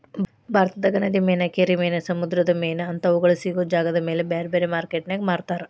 ಭಾರತದಾಗ ನದಿ ಮೇನಾ, ಕೆರಿ ಮೇನಾ, ಸಮುದ್ರದ ಮೇನಾ ಅಂತಾ ಅವುಗಳ ಸಿಗೋ ಜಾಗದಮೇಲೆ ಬ್ಯಾರ್ಬ್ಯಾರೇ ಮಾರ್ಕೆಟಿನ್ಯಾಗ ಮಾರ್ತಾರ